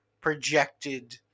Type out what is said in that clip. projected